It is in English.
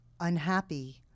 unhappy